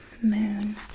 moon